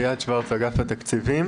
אני אביעד שוורץ מאגף תקציבים.